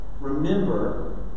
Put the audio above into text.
Remember